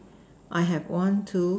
I have one two